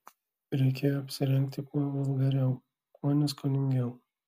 reikėjo apsirengti kuo vulgariau kuo neskoningiau